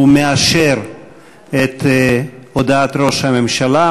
הוא מאשר את הודעת ראש הממשלה,